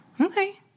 Okay